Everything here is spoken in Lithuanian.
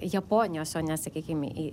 japonijos o ne sakykim į